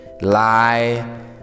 lie